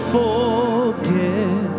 forget